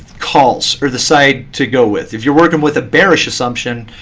calls are the side to go with. if you're working with a bearish assumption,